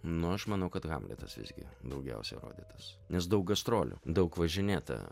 nu aš manau kad hamletas visgi daugiausiai rodytas nes daug gastrolių daug važinėta